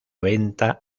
venta